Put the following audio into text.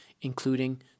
including